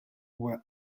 were